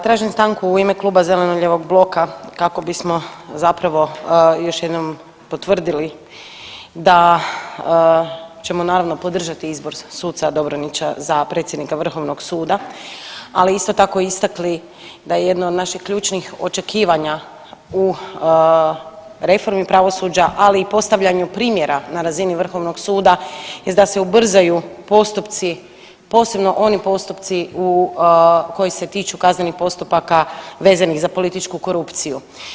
Tražim stanku u ime Kluba zeleno-lijevog bloka kako bismo zapravo još jednom potvrdili da ćemo naravno podržati izbor suca Dobronića za predsjednika vrhovnog suda, ali isto tako istakli da je jedna od naših ključnih očekivanja u reformi pravosuđa, ali i postavljanju primjera na razini vrhovnog suda jest da se ubrzaju postupci, posebno oni postupci koji se tiču kaznenih postupaka vezanih za političku korupciju.